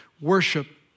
worship